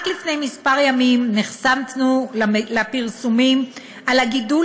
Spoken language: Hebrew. רק לפני ימים מספר נחשפנו לפרסומים על הגידול